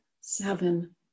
seven